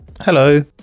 Hello